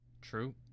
True